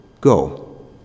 Go